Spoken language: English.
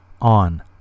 on